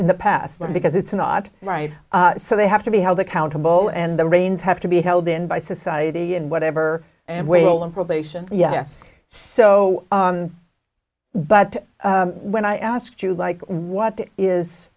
in the past because it's not right so they have to be held accountable and the reins have to be held in by society and whatever and wail and probation yes so but when i ask you like what is